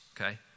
okay